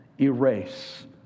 erase